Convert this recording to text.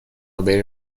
بری